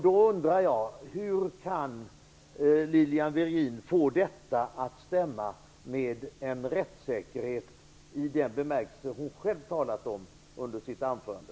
Då undrar jag: Hur kan Lilian Virgin få detta att stämma överens med rättssäkerhet i den bemärkelse som hon själv talade om i sitt anförande?